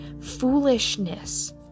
foolishness